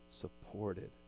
supported